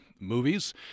movies